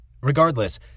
Regardless